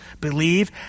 believe